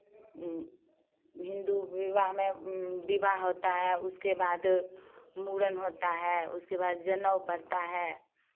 हिन्दू विवाह में विवाह होता है उसके बाद मुड़न होता है उसके बाद जनेऊ पड़ता है